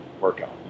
workout